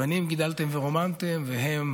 בנים גידלתם ורוממתם והם